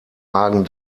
magen